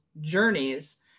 journeys